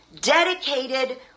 dedicated